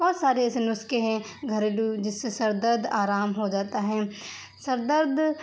بہت سارے ایسے نسخے ہیں گھریلو جس سے سر درد آرام ہو جاتا ہے سر درد